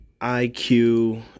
IQ